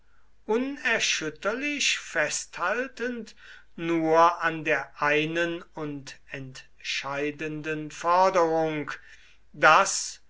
unerschütterlich festhaltend nur an der einen und entscheidenden forderung daß